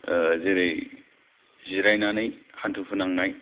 जेरै जिरायनानै हान्थु फोनांनाय